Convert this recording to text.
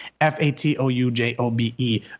F-A-T-O-U-J-O-B-E